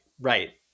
right